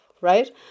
right